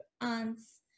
aunts